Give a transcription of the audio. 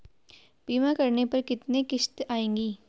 बीमा करने पर कितनी किश्त आएगी?